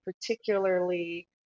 particularly